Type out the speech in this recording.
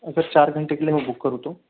अगर चार घंटे के लिए मैं बुक करूं तो